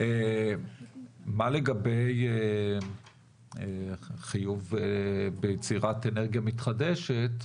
מה לגבי חיוב ביצירת אנרגיה מתחדשת,